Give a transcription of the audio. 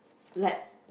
like